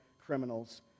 criminals